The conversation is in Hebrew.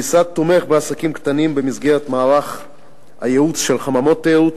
המשרד תומך בעסקים קטנים במסגרת מערך הייעוץ של חממות תיירות,